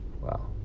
Wow